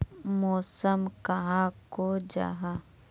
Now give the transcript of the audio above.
मौसम कहाक को जाहा?